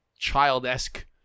child-esque